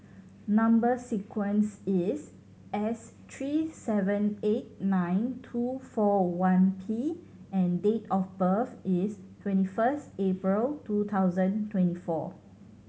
number sequence is S three seven eight nine two four one P and date of birth is twenty first April two thousand twenty four